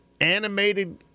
Animated